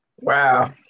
Wow